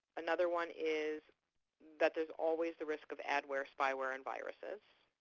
another one is that there is always the risk of adware, spyware, and viruses.